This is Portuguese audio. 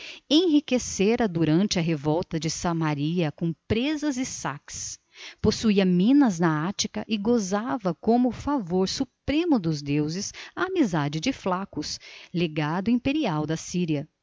enriquecera durante a revolta de samaria com presas e saques possuía minas na ática e gozava como favor supremo dos deuses a amizade de flaco legado imperial da síria